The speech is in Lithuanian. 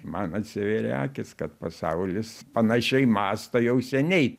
man atsivėrė akys kad pasaulis panašiai mąsto jau seniai